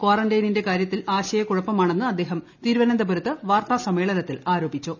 കാറന്റൈനിന്റെ കാര്യത്തിൽ ആശയക്കുഴപ്പമാണെന്ന് അദ്ദേഹം തിരുവനന്തപുരത്ത് വാർത്താസമ്മേളനത്തിൽ ആരോപിച്ചു